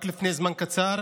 רק לפני זמן קצר